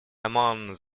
among